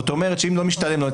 זאת אומרת שאם לא משתלם לו,